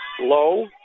Low